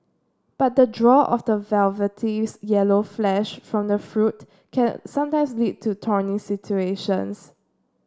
but the draw of the yellow flesh from the fruit can sometimes lead to thorny situations